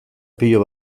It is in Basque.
pilo